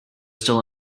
still